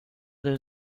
there